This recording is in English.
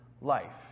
life